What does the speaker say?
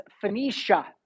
Phoenicia